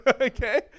Okay